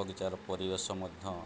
ବଗିଚାର ପରିବେଶ ମଧ୍ୟ